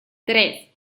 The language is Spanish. tres